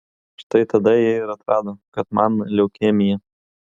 štai tada jie ir atrado kad man leukemija